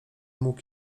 mógł